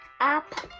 Up